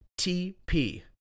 TP